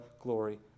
glory